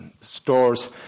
stores